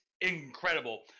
incredible